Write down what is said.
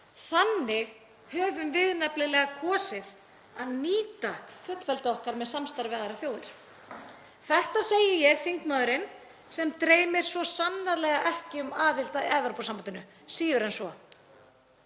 Þannig höfum við nefnilega kosið að nýta fullveldi okkar með samstarfi við aðrar þjóðir. Þetta segi ég, þingmaðurinn sem dreymir svo sannarlega ekki um aðild að Evrópusambandinu, síður en svo.